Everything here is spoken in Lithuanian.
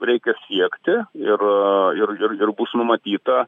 reikia siekti ir ir ir bus numatyta